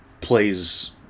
plays